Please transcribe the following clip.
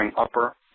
upper